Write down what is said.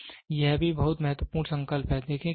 तो यह भी बहुत महत्वपूर्ण संकल्प है